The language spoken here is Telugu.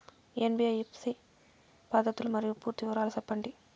ఎన్.బి.ఎఫ్.సి పద్ధతులు మరియు పూర్తి వివరాలు సెప్పండి?